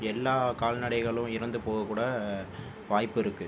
எல்லா கால்நடைகளும் இறந்து போக கூட வாய்ப்பு இருக்குது